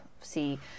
See